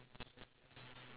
what it's